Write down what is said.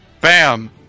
Bam